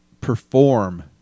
perform